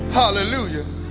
hallelujah